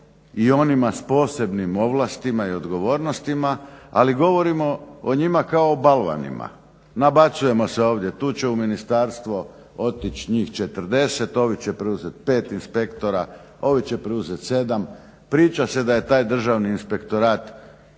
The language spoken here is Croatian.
i onima s posebnim ovlastima i odgovornostima, ali govorimo o njima kao o balvanima. Nabacujemo se ovdje tu će u ministarstvo otići njih 40, ovi će preuzeti 5 inspektora, ovi će preuzeti 7. Priča se da je taj Državni inspektorat